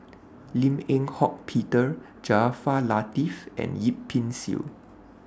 Lim Eng Hock Peter Jaafar Latiff and Yip Pin Xiu